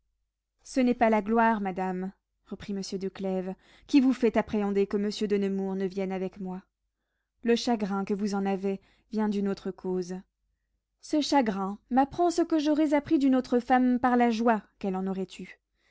ce n'est pas la gloire madame reprit monsieur de clèves qui vous fait appréhender que monsieur de nemours ne vienne avec moi le chagrin que vous en avez vient d'une autre cause ce chagrin m'apprend ce que j'aurais appris d'une autre femme par la joie qu'elle en aurait eue